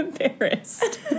embarrassed